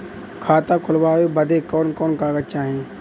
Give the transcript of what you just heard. खाता खोलवावे बादे कवन कवन कागज चाही?